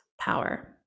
power